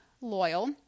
loyal